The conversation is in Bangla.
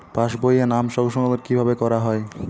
পাশ বইয়ে নাম সংশোধন কিভাবে করা হয়?